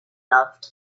loved